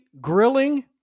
grilling